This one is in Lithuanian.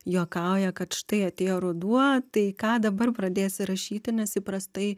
juokauja kad štai atėjo ruduo tai ką dabar pradėsi rašyti nes įprastai